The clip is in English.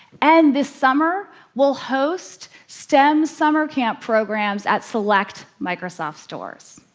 and this summer, we'll host stem summer camp programs at select microsoft stores.